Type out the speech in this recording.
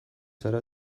zara